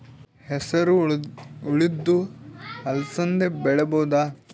ಹೆಸರು ಉದ್ದು ಅಲಸಂದೆ ಬೆಳೆಯಬಹುದಾ?